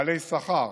בעלי שכר